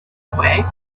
away